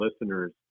listeners